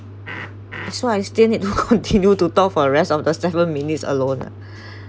that's why I still need to continue to talk for rest of the seven minutes alone ah